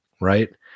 right